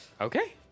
Okay